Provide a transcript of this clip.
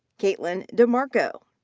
katelyn demarco.